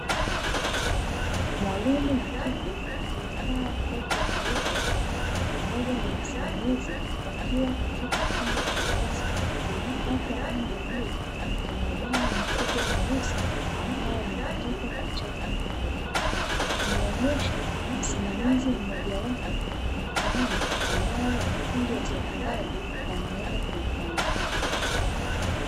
Mwalimu wa kike, aliyevaa koti jeupe pamoja na wasimamizi wakiwa katika chumba cha darasa, kilichopakwa rangi ya bluu na kinao bao mkubwa mweusi ambao umeandikwa kwa chaki nyeupe. Akimuonyesha msimamizi mmoja wapo mitihani ambayo wanafunzi wa sekondari wanaenda kuifanya.